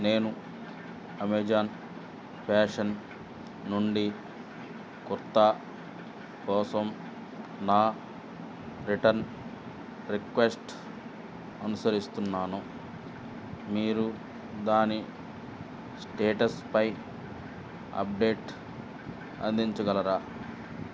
నేను Amazon fashion నుండి కుర్తా కోసం నా రిటర్న్ రిక్వెస్ట్ అనుసరిస్తున్నాను మీరు దాని స్టేటస్పై అప్డేట్ అందించగలరా